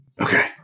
Okay